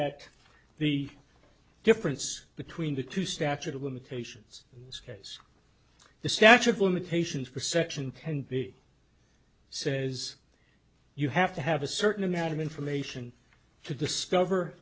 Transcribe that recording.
at the difference between the two statute of limitations in this case the statue of limitations perception can be says you have to have a certain amount of information to discover